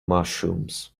mushrooms